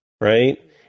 right